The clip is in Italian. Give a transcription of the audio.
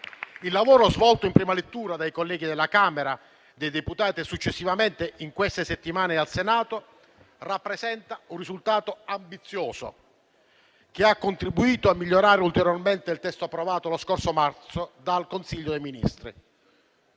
Il lavoro svolto in prima lettura dai colleghi della Camera dei deputati e successivamente, in queste settimane, al Senato, rappresenta un risultato ambizioso che ha contribuito a migliorare ulteriormente il testo approvato lo scorso marzo dal Consiglio dei ministri.